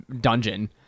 dungeon